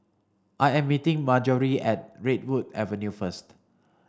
I am meeting Marjorie at Redwood Avenue first